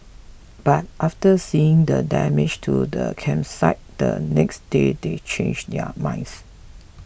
but after seeing the damage to the campsite the next day they changed their minds